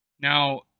Now